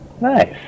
Nice